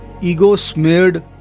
ego-smeared